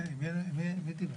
מי דיבר?